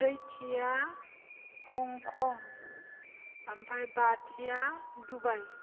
ब्रैथिया हंखं ओमफ्राय बाथिया दुबाय